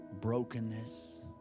brokenness